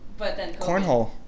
Cornhole